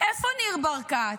איפה ניר ברקת?